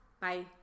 Bye